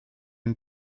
une